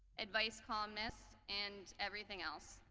advice columnist and everything else,